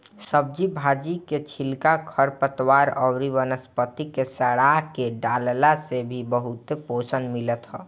सब्जी भाजी के छिलका, खरपतवार अउरी वनस्पति के सड़आ के डालला से भी बहुते पोषण मिलत ह